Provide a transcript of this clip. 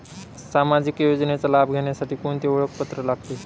सामाजिक योजनेचा लाभ घेण्यासाठी कोणते ओळखपत्र लागते?